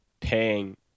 paying